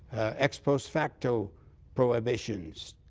ex post facto prohibitions,